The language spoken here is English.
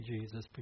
Jesus